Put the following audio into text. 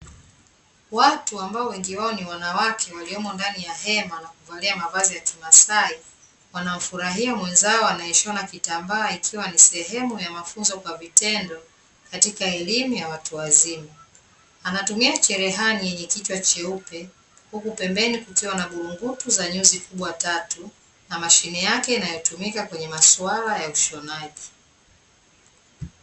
Watu ambao wengi wao ni wanawake waliomo ndani ya hema na kuvalia mavazi ya kimasai wanaofurahia mwenzao anayeshona kitambaa ikiwa ni sehemu ya mafunzo kwa vitendo katika elimu ya watu wazima , anatumia cherehani yenye kichwa cheupe huku pembeni kukiwa na burungutu za nyuzi kubwa tatu na mashine yake inayotumika kwenye maswala ya ushonaji .